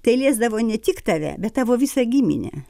tai liesdavo ne tik tave bet tavo visą giminę